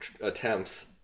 attempts